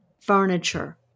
furniture